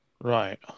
Right